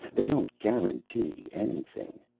they don't guarantee anything.